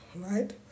right